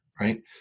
right